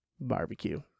barbecue